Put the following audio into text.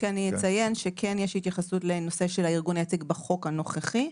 בנוסף אני אציין שכן יש התייחסות לנושא של הארגון היציג בחוק הנוכחי,